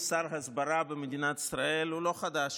למנות שר הסברה במדינת ישראל הוא לא חדש.